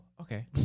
okay